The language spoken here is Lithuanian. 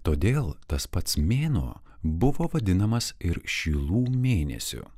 todėl tas pats mėnuo buvo vadinamas ir šilų mėnesiu